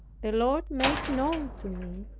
the lord made known to me,